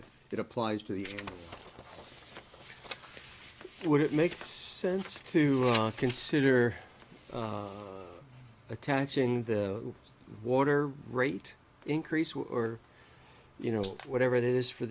if it applies to the would it makes sense to consider attaching the water rate increase or you know whatever it is for